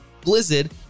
Blizzard